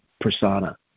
persona